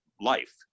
life